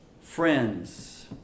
friends